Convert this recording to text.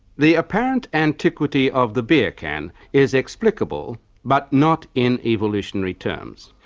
the apparent antiquity of the beer can is explicable but not in evolutionary terms.